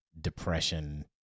depression